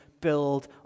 build